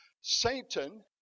Satan